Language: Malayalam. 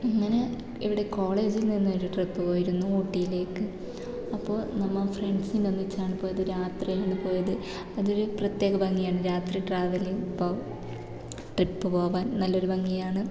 അങ്ങനെ ഇവിടെ കോളേജിൽ നിന്നൊരു ട്രിപ്പ് പോയിരുന്നു ഊട്ടിയിലേക്ക് അപ്പോൾ നമ്മൾ ഫ്രണ്ട്സ് ഒന്നിച്ചാണ് പോയത് രാത്രിയാണ് പോയത് അതൊരു പ്രത്യേക ഭംഗിയാണ് രാത്രി ട്രാവലിങ് ട്രിപ്പ് പോവാൻ നല്ലൊരു ഭംഗിയാണ്